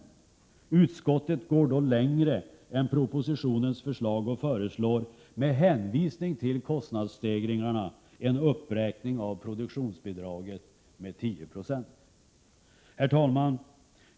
Utskottet går dock Prot. 1987/88:118 längre än man gör när det gäller propositionens förslag och föreslår, med 10 maj 1988 hänvisning till kostnadsstegringarna, en uppräkning av produktionsbidraget med 10 96. Herr talman!